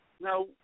Now